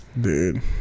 dude